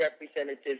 representatives